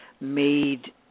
made